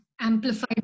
amplified